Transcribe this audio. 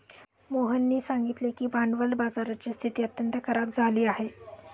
मोहननी सांगितले की भांडवल बाजाराची स्थिती अत्यंत खराब झाली आहे